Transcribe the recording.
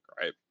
right